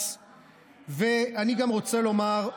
אני גם רוצה לומר,